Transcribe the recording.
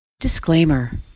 Disclaimer